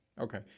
Okay